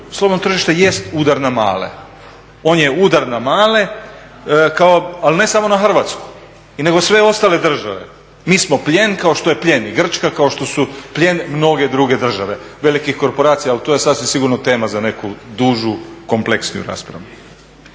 Slobodno tržište jest udar na male, on je udar na male ali ne samo na Hrvatsku nego i sve ostale države. Mi smo plijen kao što je plijen i Grčka, kao što su plijen mnoge druge države velikih korporacija ali to je sasvim sigurno tema za neku dužu, kompleksniju raspravu.